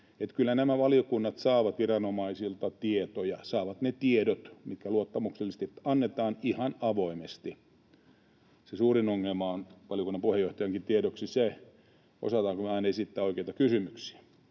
että kyllä nämä valiokunnat saavat viranomaisilta tietoja, saavat ne tiedot, mitkä luottamuksellisesti annetaan, ihan avoimesti. Se suurin ongelma on — valiokunnan puheenjohtajankin tiedoksi — osataanko me aina esittää oikeita kysymyksiä.